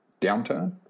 downturn